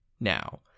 now